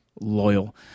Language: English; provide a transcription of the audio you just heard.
loyal